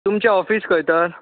तुमचें ऑफीस खंय तर